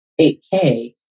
8K